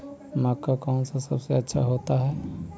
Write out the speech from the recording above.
मक्का कौन सा सबसे अच्छा होता है?